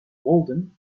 walden